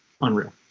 unreal